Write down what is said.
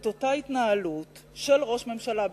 את אותה התנהלות של ראש ממשלה בישראל,